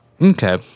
Okay